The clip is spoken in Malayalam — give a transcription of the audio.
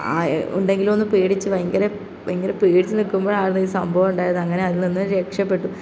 ആ ഉണ്ടെങ്കിൽ ഒന്ന് പേടിച്ച് ഭയങ്കര ഭയങ്കര പേടിച്ച് നിൽക്കുമ്പോൾ ആണ് ഈ സംഭവം ഉണ്ടായത് അങ്ങനെ അതിൽനിന്ന് രക്ഷപ്പെട്ടു